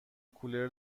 کولر